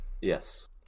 Yes